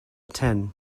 ten